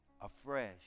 afresh